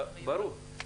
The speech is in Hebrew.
ברור.